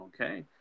okay